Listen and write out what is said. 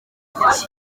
iki